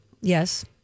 Yes